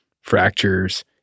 fractures